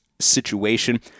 situation